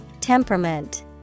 Temperament